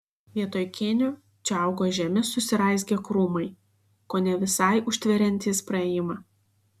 vietoj kėnių čia augo žemi susiraizgę krūmai kone visai užtveriantys praėjimą